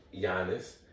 Giannis